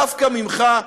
דווקא ממך,